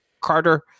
carter